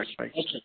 okay